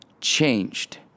changed